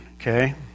okay